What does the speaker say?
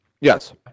Yes